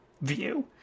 view